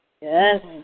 Yes